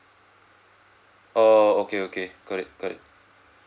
oh okay okay got it got it